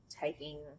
taking